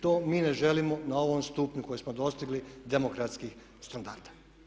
To mi ne želimo na ovom stupnju koji smo dostigli demokratskih standarda.